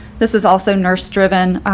this is also nurse driven.